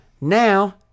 Now